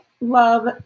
love